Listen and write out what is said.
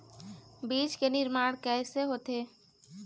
बीज के निर्माण कैसे होथे?